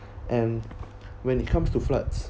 and when it comes to floods